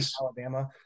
Alabama